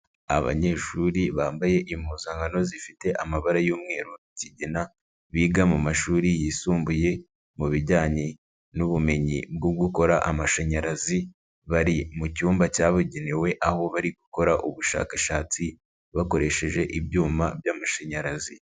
Abanyeshuri bambaye impuzankano zifite amabara y'umweru zigena, biga mu mashuri yisumbuye mubijyanye n'ubumenyi bwo gukora amashanyarazi, bari mu cyumba cyabugenewe aho bari gukora ubushakashatsi bakoresheje ibyuma by'amashanyarazi.